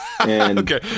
Okay